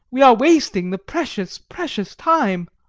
we are wasting the precious, precious time!